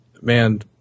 man